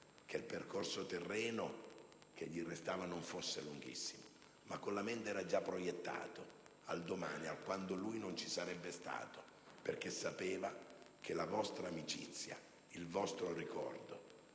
che il percorso terreno che gli restava non fosse lunghissimo, ma con la mente era già proiettato al domani, a quando non ci sarebbe stato, perché sapeva che la vostra amicizia, il vostro ricordo